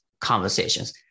conversations